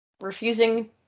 refusing